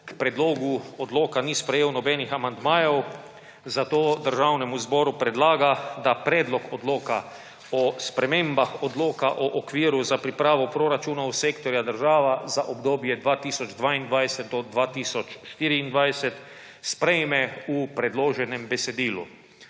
k predlogu odloka ni sprejel nobenih amandmajev, zato Državnemu zboru predlaga, da Predlog odloka o spremembah Odloka o okviru za pripravo proračunov sektorja država za obdobje od 2022 do 2024 sprejme v predloženem besedilu.